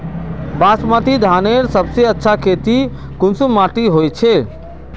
बासमती धानेर सबसे अच्छा खेती कुंसम माटी होचए?